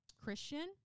Christian